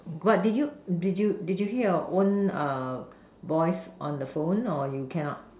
but did you did you did you hear your own uh voice on the phone or you cannot